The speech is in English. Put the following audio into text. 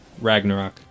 ragnarok